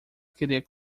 queria